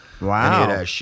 Wow